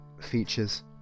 features